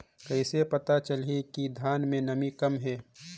कइसे पता चलही कि धान मे नमी कम हे?